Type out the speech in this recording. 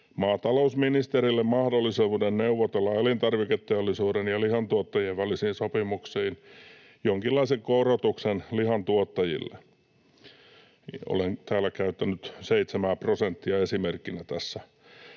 maatalousministerille mahdollisuuden neuvotella elintarviketeollisuuden ja lihantuottajien välisiin sopimuksiin jonkinlaisen korotuksen lihantuottajille — olen täällä käyttänyt seitsemää prosenttia esimerkkinä.